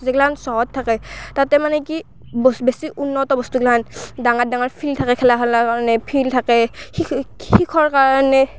যিগিলাখান চহত থাকে তাতে মানে কি বেছি উন্নত বস্তু গিলাখান ডাঙাৰ ডাঙাৰ ফিল্ড থাকে খেলা খেলাৰ কাৰাণে ফিল্ড থাকে শিখৰ কাৰণে